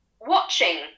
watching